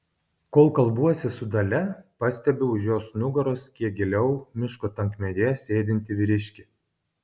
kol kalbuosi su dalia pastebiu už jos nugaros kiek giliau miško tankmėje sėdintį vyriškį